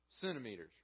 centimeters